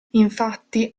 infatti